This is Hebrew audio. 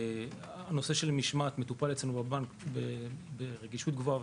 הנושא של משמעת מטופל אצלנו בבנק ברגישות גבוהה,